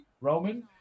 Roman